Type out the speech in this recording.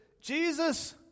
Jesus